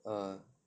uh